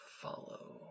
follow